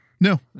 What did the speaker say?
No